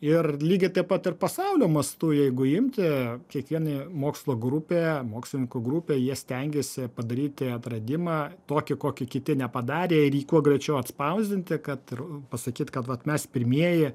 ir lygiai taip pat ir pasaulio mastu jeigu imti kiekvienai mokslo grupė mokslininkų grupė jie stengiasi padaryti atradimą tokį kokį kiti nepadarė ir jį kuo greičiau atspausdinti kad ro pasakyt kad vat mes pirmieji